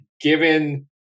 given